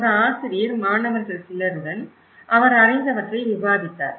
ஒரு ஆசிரியர் மாணவர்கள் சிலருடன் அவர் அறிந்தவற்றை விவாதித்தார்